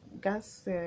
gas